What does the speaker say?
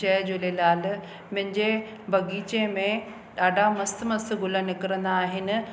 जय झूलेलाल मींजे बग़ीचे में ॾाढा मस्तु मस्तु गुल निकरंदा आहिनि